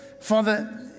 Father